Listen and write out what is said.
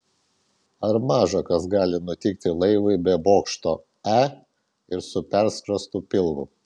ar maža kas gali nutikti laivui be bokšto e ir su perskrostu pilvu